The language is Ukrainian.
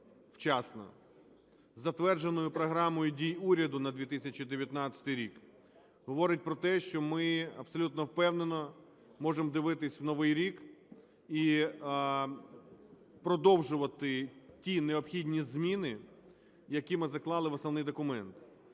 вчасно, із затвердженою програмою дій уряду на 2019 рік, говорить про те, що ми абсолютно впевнено можемо дивитись у новий рік і продовжувати ті необхідні зміни, які ми заклали в основний документ.